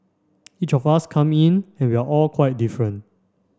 each of us come in and we are all quite different